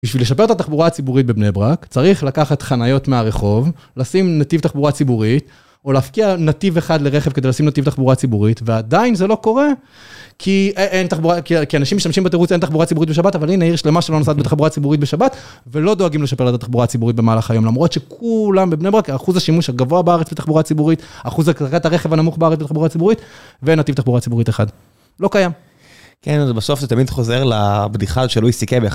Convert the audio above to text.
בשביל לשפר את התחבורה הציבורית בבני ברק, צריך לקחת חניות מהרחוב, לשים נתיב תחבורה ציבורית, או להפקיע נתיב אחד לרכב כדי לשים נתיב תחבורה ציבורית, ועדיין זה לא קורה, כי אנשים משתמשים בתירוץ אין תחבורה ציבורית בשבת, אבל הנה עיר שלמה שלא נוסעת בתחבורה ציבורית בשבת, ולא דואגים לשפר לדעת תחבורה ציבורית במהלך היום, למרות שכולם בבני ברק, האחוז השימוש הגבוה בארץ בתחבורה ציבורית, האחוז אחזקת הרכב הנמוך בארץ בתחבורה ציבורית, ואין נתיב תחבורה ציבורית אחד. לא קיים. כן, אז בסוף זה תמיד חוזר לבדיחה שלואי סי. קיי...